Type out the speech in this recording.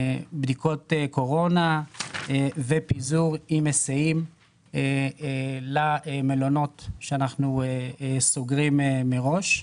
בדיקות קורונה ופיזור עם היסעים למלונות שאנחנו סוגרים מראש.